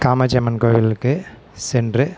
காமாட்சி அம்மன் கோவிலுக்கு சென்று